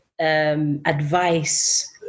advice